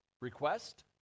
request